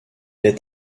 est